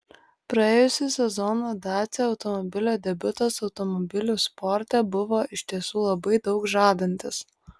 praėjusį sezoną dacia automobilio debiutas automobilių sporte buvo iš tiesų labai daug žadantis